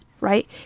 right